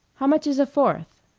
how much is a fourth?